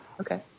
Okay